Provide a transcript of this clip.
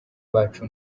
bacu